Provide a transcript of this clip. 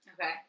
Okay